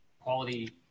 quality